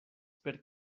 per